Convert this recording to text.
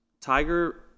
tiger